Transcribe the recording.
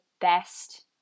best